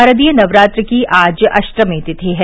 शारदीय नवरात्र की आज अष्टमी तिथि है